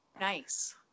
nice